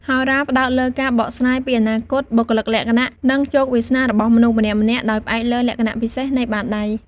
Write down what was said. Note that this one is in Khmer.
ហោរាផ្តោតលើការបកស្រាយពីអនាគត បុគ្គលិកលក្ខណៈ និងជោគវាសនារបស់មនុស្សម្នាក់ៗ ដោយផ្អែកលើលក្ខណៈពិសេសនៃបាតដៃ។